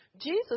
Jesus